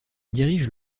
dirige